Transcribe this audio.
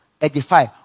Edify